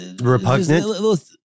repugnant